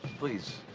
please.